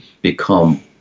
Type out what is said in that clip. become